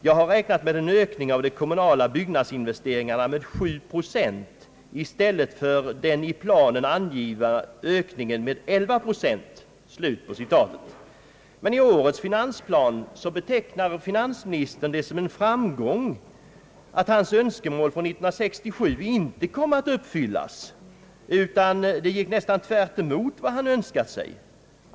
Jag har räknat med en ökning av de kommunala <byggnadsinvesteringarna med 7 procent i stället för den i planerna angivna ökningen med 11 procent.» I årets finansplan betecknar finansministern det som en framgång att hans önskemål från 1967 inte kom att uppfyllas utan att det gick nästan tvärtemot vad han önskat sig.